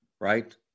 right